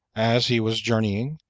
as he was journeying,